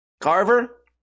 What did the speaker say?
Carver